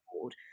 board